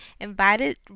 invited